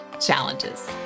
challenges